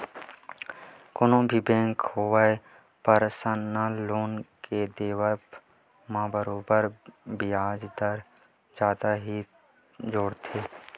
कोनो भी बेंक होवय परसनल लोन के देवब म बरोबर बियाज दर जादा ही जोड़थे